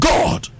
God